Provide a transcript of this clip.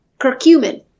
curcumin